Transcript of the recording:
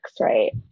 right